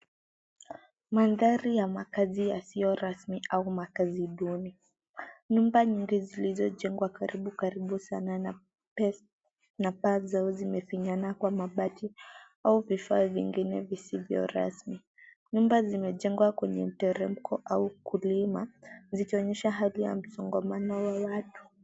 Mandhari ya makazi yasiyo rasmi au makazi duni. Nyumba nyingi zilizojengwa karibu karibu sana na paa zao zimefinyana kwa mabati au vifaa vingine visivyo rasmi. Nyumba zimejengwa kwenye mteremko au kilima, ikionyesha hali ya msongamano wa watu.